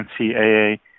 NCAA